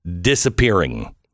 disappearing